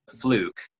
fluke